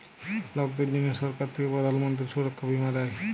লকদের জনহ সরকার থাক্যে প্রধান মন্ত্রী সুরক্ষা বীমা দেয়